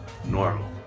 Normal